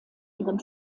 ihren